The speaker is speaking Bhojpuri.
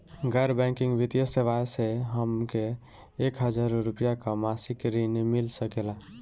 गैर बैंकिंग वित्तीय सेवाएं से हमके एक हज़ार रुपया क मासिक ऋण मिल सकेला?